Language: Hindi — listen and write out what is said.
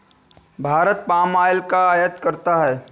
भारत पाम ऑयल का आयात करता है